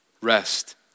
Rest